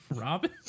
Robin